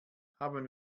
haben